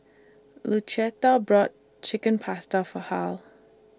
Lucetta brought Chicken Pasta For Hal